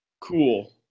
Cool